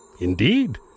Indeed